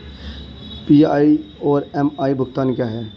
PI और M I भुगतान क्या हैं?